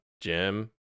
Jim